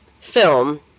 film